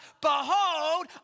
Behold